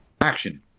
action